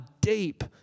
deep